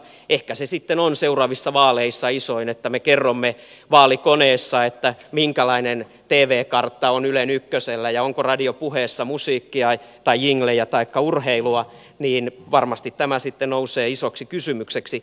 ehkä se sitten on seuraavissa vaaleissa isoin kysymys että me kerromme vaalikoneessa minkälainen tv kartta on ylen ykkösellä ja onko radio puheessa musiikkia tai jinglejä taikka urheilua ja varmasti tämä sitten nousee isoksi kysymykseksi